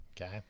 Okay